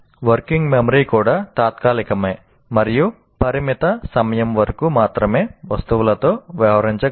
working memory కూడా తాత్కాలికమే మరియు పరిమిత సమయం వరకు మాత్రమే వస్తువులతో వ్యవహరించగలదు